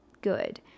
good